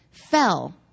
Fell